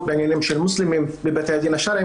בעניינים של מוסלמים בבתי הדין השרעיים,